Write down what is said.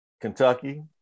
Kentucky